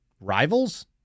Rivals